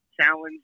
challenge